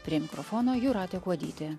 prie mikrofono jūratė kuodytė